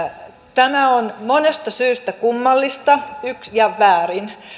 tämä on monesta syystä kummallista ja väärin